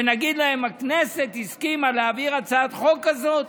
ונגיד להן שהכנסת הסכימה להעביר הצעת חוק כזאת?